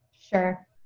Sure